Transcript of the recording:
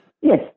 Yes